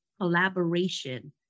collaboration